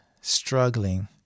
struggling